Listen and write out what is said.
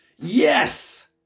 yes